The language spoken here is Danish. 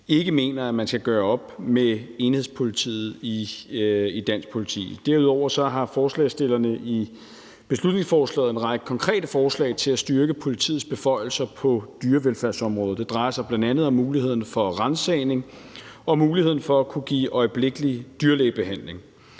ikke mener, at man skal gøre op med enhedspolitiet i dansk politi. Derudover har forslagsstillerne i beslutningsforslaget en række konkrete forslag til at styrke politiets beføjelser på dyrevelfærdsområdet. Det drejer sig bl.a. om muligheden for ransagning og muligheden for at kunne give øjeblikkelig dyrlægebehandling.